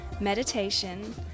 meditation